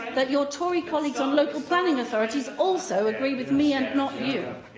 that your tory colleagues on local planning authorities also agree with me and not you.